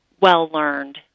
well-learned